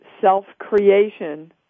self-creation